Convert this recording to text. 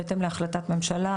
בהתאם להחלטת ממשלה.